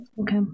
Okay